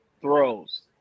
throws